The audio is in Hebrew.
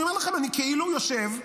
אני אומר לכם, אני כאילו יושב,